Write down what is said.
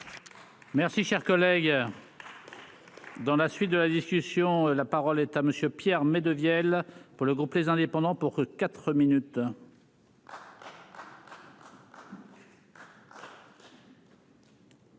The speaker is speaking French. Merci, cher collègue, dans la suite de la discussion, la parole est à monsieur Emmanuel Capus pour le groupe, les indépendants pour cinq minutes.